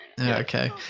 Okay